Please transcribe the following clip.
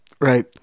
right